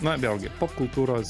na vėlgi popkultūros